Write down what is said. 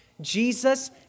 Jesus